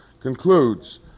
concludes